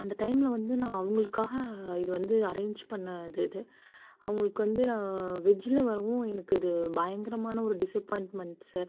அந்த டைமில் வந்து நான் அவங்களுக்காக இது வந்து அரேஞ்ச் பண்ணது இது அவங்களுக்கு வந்து நான் வெஜ்ஜில் வரவும் எனக்கு அது பயங்கரமான ஒரு டிஸப்பாயின்மெண்ட் சார்